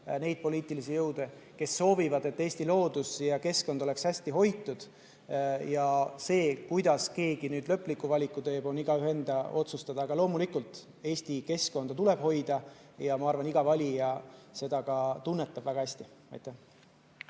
neid poliitilisi jõude, kes soovivad, et Eesti loodus ja keskkond oleks hästi hoitud. See, kuidas keegi lõpliku valiku teeb, on igaühe enda otsustada. Aga loomulikult, Eesti keskkonda tuleb hoida ja ma arvan, et iga valija seda ka väga hästi